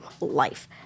Life